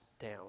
down